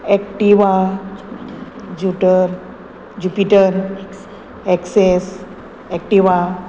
Activa जुटर Jupiter Access Activa